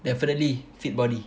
definitely fit body